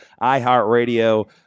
iHeartRadio